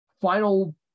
final